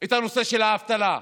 את הנושא של האבטלה.